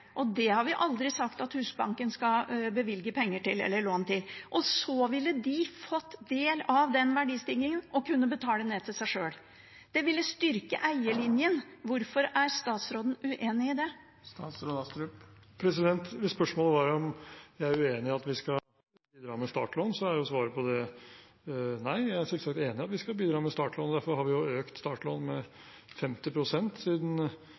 og det har vi aldri sagt at Husbanken skal bevilge penger eller lån til. Og så ville de fått del i verdistigningen og kunne betale ned til seg sjøl. Det ville styrke eierlinjen. Hvorfor er statsråden uenig i det? Hvis spørsmålet var om jeg er uenig i at vi skal bidra med startlån, er svaret på det nei. Jeg er selvsagt enig i at vi skal bidra med startlån. Derfor har vi jo økt startlån med 50 pst. siden